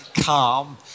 calm